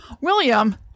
william